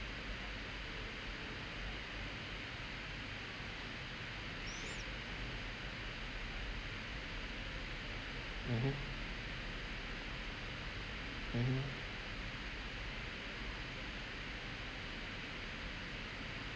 mmhmm mmhmm